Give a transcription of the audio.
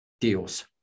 deals